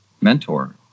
mentor